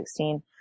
2016